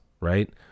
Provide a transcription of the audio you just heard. right